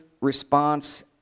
response